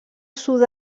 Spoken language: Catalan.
sud